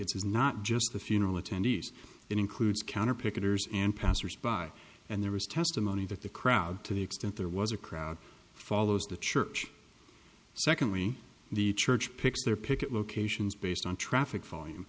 not just the funeral attendees it includes counter picketers and passers by and there was testimony that the crowd to the extent there was a crowd follows the church secondly the church picks their picket locations based on traffic